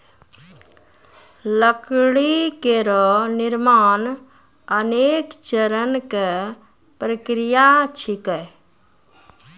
लकड़ी केरो निर्माण अनेक चरण क प्रक्रिया छिकै